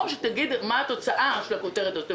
או שתגיד מה התוצאה של הכותרת הזאת,